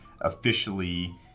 officially